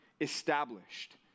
established